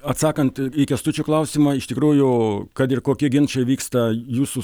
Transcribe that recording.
atsakant į kęstučio klausimą iš tikrųjų kad ir kokie ginčai vyksta jūsų